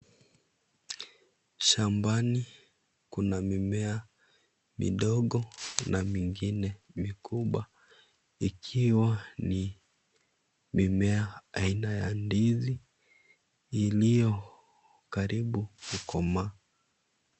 Shambani kuna mimea midogo na mingine mikubwa ikiwa ni mimea aina ya ndizi iliyo karibu kukomaa.